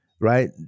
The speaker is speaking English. right